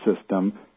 system